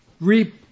reap